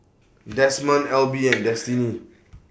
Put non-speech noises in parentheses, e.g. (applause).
Demond Elby (noise) and Destinee